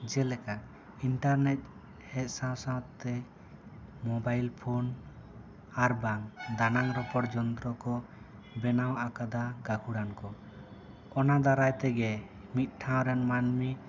ᱡᱮᱞᱮᱠᱟ ᱤᱱᱴᱟᱹᱨᱱᱮᱴ ᱦᱮᱡ ᱥᱟᱶ ᱥᱟᱶ ᱛᱮ ᱢᱚᱵᱟᱭᱤᱞ ᱯᱷᱳᱱ ᱟᱨ ᱵᱟᱝ ᱫᱟᱱᱟᱝ ᱨᱚᱯᱚᱲ ᱡᱚᱱᱛᱨᱚ ᱠᱚ ᱵᱮᱱᱟᱣ ᱟᱠᱟᱫᱟ ᱜᱟᱹᱠᱷᱩᱲᱟᱱ ᱠᱚ ᱚᱱᱟ ᱫᱟᱨᱟᱭ ᱛᱮᱜᱮ ᱢᱤᱫ ᱴᱷᱟᱶ ᱨᱮᱱ ᱢᱟᱹᱱᱢᱤ